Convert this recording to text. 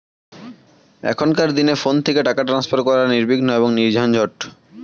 এখনকার দিনে ফোন থেকে টাকা ট্রান্সফার করা নির্বিঘ্ন এবং নির্ঝঞ্ঝাট